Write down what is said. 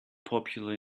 popular